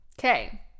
okay